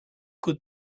could